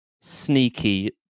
sneaky